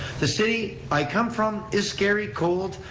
the city i come from is scary, cold,